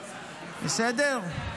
בסדר?